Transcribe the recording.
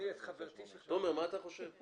תומר, מה אתה חושב?